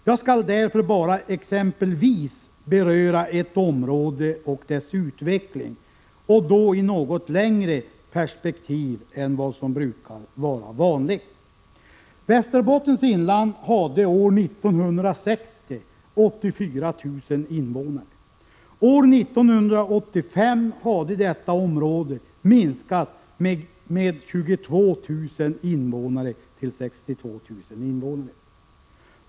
Jag skall därför bara beröra ett område och dess utveckling som exempel, och då i ett något längre perspektiv än vad som brukar vara vanligt. Västerbottens inland hade 84 000 invånare år 1960. År 1985 hade invånarantalet minskat med 22 000 invånare till 62 000.